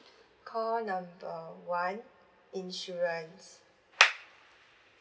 call number one insurance